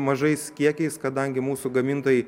mažais kiekiais kadangi mūsų gamintojai